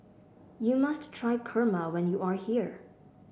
you must try kurma when you are here